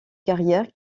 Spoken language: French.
carrière